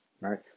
Right